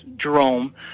jerome